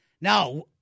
Now